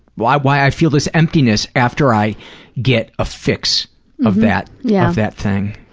why why i feel this emptiness after i get a fix of that yeah that thing.